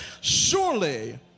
Surely